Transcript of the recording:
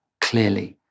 clearly